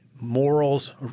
morals